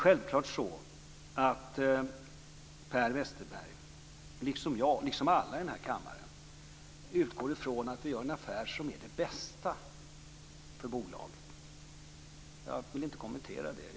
Självklart utgår Per Westerberg, liksom jag och alla i denna kammare, från att vi gör en affär som är den bästa för bolaget. Jag vill inte kommentera det.